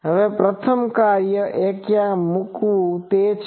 હવે પ્રથમ કાર્ય એ ક્યાં મૂકવું તે છે